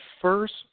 first